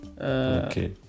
Okay